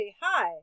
Hi